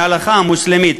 מההלכה המוסלמית.